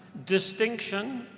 distinction,